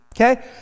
okay